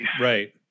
Right